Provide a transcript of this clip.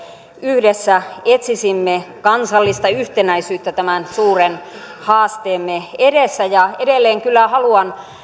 yhdessä etsisimme kansallista yhtenäisyyttä tämän suuren haasteemme edessä ja edelleen kyllä haluan